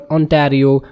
Ontario